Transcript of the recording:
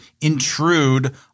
intrude